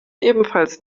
ebenfalls